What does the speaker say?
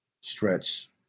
stretch